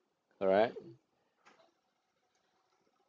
alright